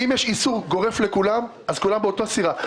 אם יש איסור גורף לכולם אז כולם באותה סירה,